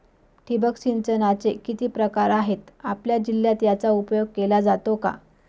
ठिबक सिंचनाचे किती प्रकार आहेत? आपल्या जिल्ह्यात याचा उपयोग केला जातो का?